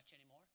anymore